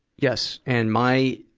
yes. and my,